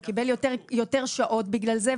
הוא קיבל יותר שעות בגלל זה,